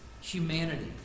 humanity